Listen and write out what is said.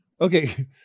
Okay